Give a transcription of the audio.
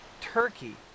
turkey